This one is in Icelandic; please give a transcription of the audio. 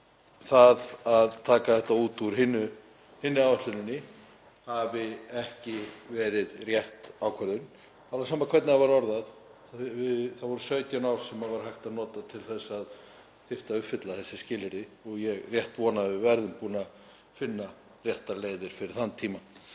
það að taka þetta út úr hinni stefnunni, það hafi ekki verið rétt ákvörðun, alveg sama hvernig það var orðað. Það eru 17 ár sem á að vera hægt að nota til þess að uppfylla þessi skilyrði og ég ætla rétt að vona að við verðum búin að finna réttar leiðir fyrir þann tíma.